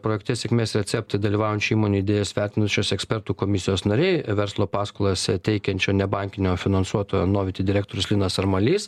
projekte sėkmės receptai dalyvaujančių įmonių idėjas vertinančios ekspertų komisijos nariai verslo paskolas teikiančio nebankinio finansuotojo noviti direktorius linas armalys